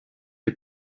les